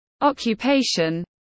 occupation